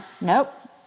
nope